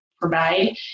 provide